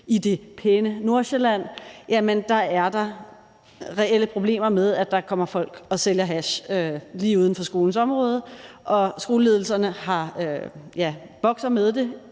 i det pæne Nordsjælland er der reelle problemer med, at der kommer folk og sælger hash lige uden for skolens område, og skoleledelserne bokser med det.